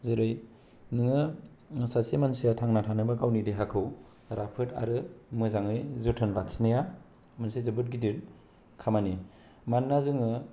जेरै नोङो सासे मानसिआ थांना थानोब्ला गावनि देहाखौ राफोद आरो मोजाङै जोथोन लाखिनाया मोनसे जोबोद गिदिर खामानि मानोना जोङो